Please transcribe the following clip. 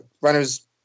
runners